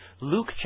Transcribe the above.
Luke